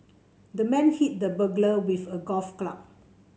the man hit the burglar with a golf club